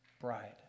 bride